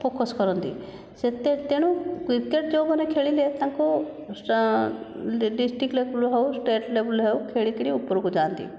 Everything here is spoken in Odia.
ଫୋକସ୍ କରନ୍ତି ସେତେ ତେଣୁ କ୍ରିକେଟ ଯେଉଁମାନେ ଖେଳିଲେ ତାଙ୍କୁ ଡିଷ୍ଟ୍ରିକ୍ ଲେବଲ୍ ହେଉ ଷ୍ଟେଟ ଲେବଲ୍ ହେଉ ଖେଳିକରି ଉପରକୁ ଯାଆନ୍ତି